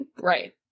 right